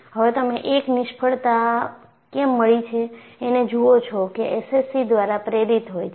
હવે તમે એક નિષ્ફળતા કેમ મળી છે એને જુઓ છો જે એસસીસી દ્વારા પ્રેરિત હોય છે